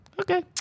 Okay